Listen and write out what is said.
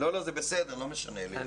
לא, זה בסדר, לא משנה לי.